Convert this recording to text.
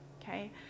Okay